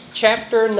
chapter